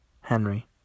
Henry